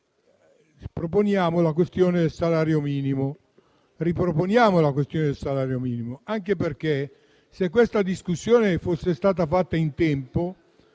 cui riproponiamo la questione del salario minimo. Tra l'altro, se questa discussione fosse stata fatta in tempo,